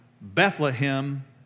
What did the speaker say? Bethlehem